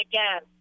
Again